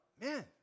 man